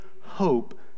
hope